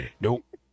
Nope